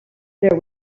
there